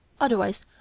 otherwise